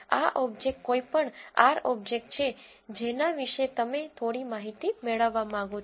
આ ઓબ્જેક્ટ કોઈ પણ R ઓબ્જેક્ટ છે જેના વિશે તમે થોડી માહિતી મેળવવા માંગો છો